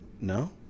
No